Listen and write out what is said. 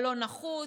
הלא-נחוץ,